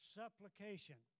supplication